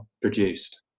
produced